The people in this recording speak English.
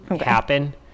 happen